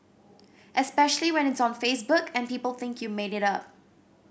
especially when it's on Facebook and people think you made it up